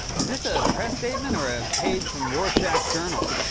is this a press statement or a page from rorschach's journal?